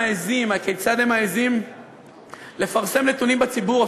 הכיצד הם מעזים לפרסם נתונים בציבור,